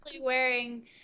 wearing